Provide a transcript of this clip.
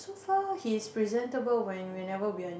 so far he is presentable when whenever we are